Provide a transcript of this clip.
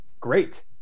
great